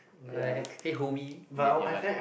like hey homie ya you're like